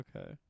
okay